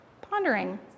pondering